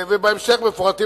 ובהמשך מפורטים